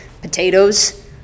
Potatoes